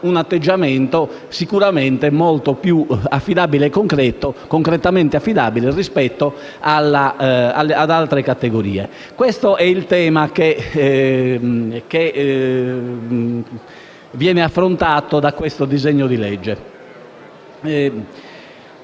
un atteggiamento sicuramente molto più concretamente affidabile rispetto ad altre categorie. Questo è il tema che viene affrontato dal disegno di legge